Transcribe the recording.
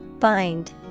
Find